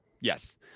Yes